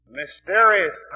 mysterious